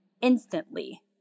instantly